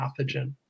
pathogen